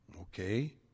Okay